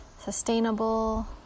sustainable